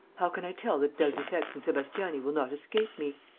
how can i tell that d'albufex and sebastiani will not escape me?